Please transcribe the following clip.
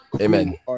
Amen